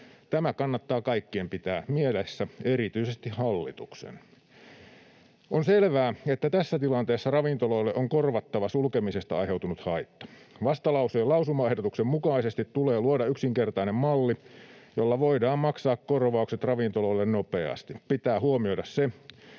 Tämä kannattaa kaikkien pitää mielessä, erityisesti hallituksen. On selvää, että tässä tilanteessa ravintoloille on korvattava sulkemisesta aiheutunut haitta. Vastalauseen lausumaehdotuksen mukaisesti tulee luoda yksinkertainen malli, jolla voidaan maksaa korvaukset ravintoloille nopeasti. Pitää huomioida se,